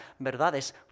verdades